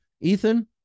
Ethan